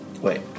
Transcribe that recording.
Wait